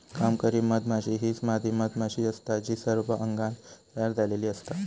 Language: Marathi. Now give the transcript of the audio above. कामकरी मधमाशी हीच मादी मधमाशी असता जी सर्व अंगान तयार झालेली असता